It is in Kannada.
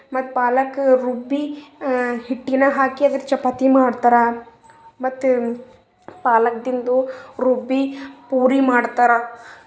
ಮತ್ತು ಪಾಲಕ್ ರುಬ್ಬಿ ಹಿಟ್ಟಿನಾಗ ಹಾಕಿ ಅದರ ಚಪಾತಿ ಮಾಡ್ತಾರೆ ಮತ್ತು ಪಾಲಕ್ದಿಂದ ರುಬ್ಬಿ ಪೂರಿ ಮಾಡ್ತಾರೆ